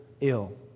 ill